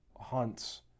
hunts